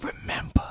remember